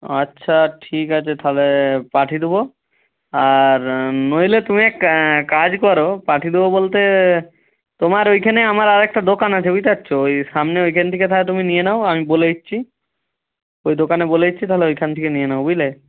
আচ্ছা ঠিক আছে তাহলে পাঠিয়ে দেবো আর নইলে তুমি এক কাজ করো পাঠিয়ে দেবো বলতে তোমার ওইখানে আমার আরেকটা দোকান আছে বুঝতে পারছো ওই সামনে ওইখান থেকে তাহলে তুমি নিয়ে নাও আমি বলে দিচ্ছি ওই দোকানে বলে দিচ্ছি তাহলে ওইখান থেকে নিয়ে নাও বুঝলে